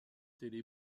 télé